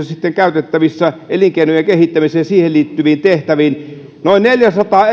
sitten käytettävissä maakunnissa elinkeinojen kehittämiseen ja siihen liittyviin tehtäviin noin neljäsataa